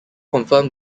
confirmed